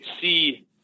see